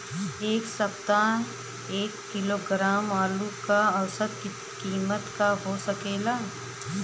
एह सप्ताह एक किलोग्राम आलू क औसत कीमत का हो सकेला?